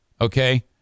okay